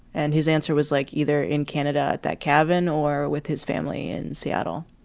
and his answer was like either in canada at that cabin or with his family in seattle